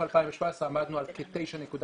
בסוף2017 עמדנו על כ-9 מיליון